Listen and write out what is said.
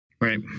Right